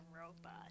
robot